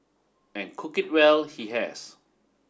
and cook it well he has